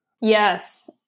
Yes